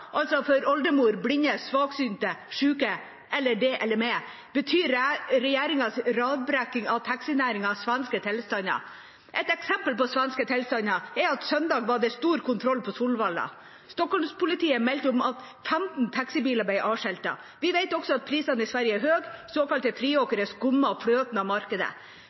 for oldemor, blinde, svaksynte, syke, deg eller meg – betyr regjeringas radbrekking av taxinæringen svenske tilstander. Et eksempel på svenske tilstander: Søndag var det stor kontroll på Solvalla. Stockholmspolitiet meldte om at 15 taxibiler ble avskiltet. Vi vet også at prisene i Sverige er høye, såkalte «friåkare» skummer fløten av markedet.